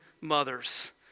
mothers